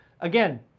Again